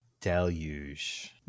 Deluge